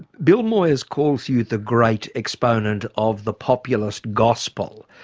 bill moyers calls you the great exponent of the populist gospel.